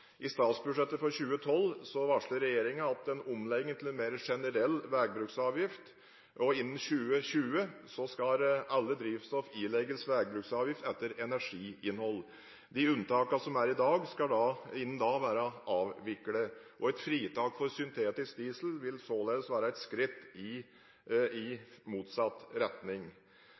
statsbudsjettet for 2012 varslet regjeringen en omlegging til en mer generell veibruksavgift, og innen 2020 skal alle drivstoff ilegges veibruksavgift etter energiinnhold. De unntakene som er i dag, skal innen den tid være avviklet. Et fritak for syntetisk diesel vil således være et skritt i motsatt retning.